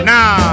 Now